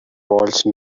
walls